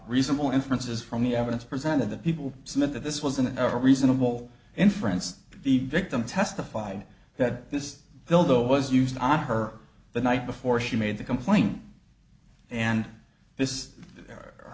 reasonable inferences from the evidence presented that people submit that this wasn't a reasonable inference the victim testified that this bill though was used on her the night before she made the complaint and this